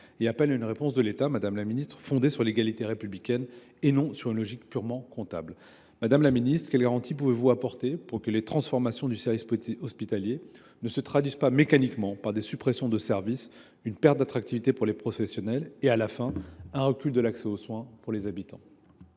et appellent à une réponse de l’État fondée sur l’égalité républicaine, non sur une logique purement comptable. Madame la ministre, quelles garanties pouvez vous apporter pour que la transformation du service hospitalier ne se traduise pas mécaniquement par des suppressions de services, par une perte d’attractivité pour les professionnels et, à la fin, par un recul de l’accès aux soins pour les habitants ?